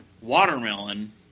watermelon